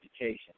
education